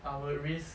I would risk